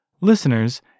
Listeners